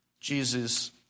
Jesus